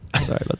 sorry